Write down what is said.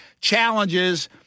challenges